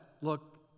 look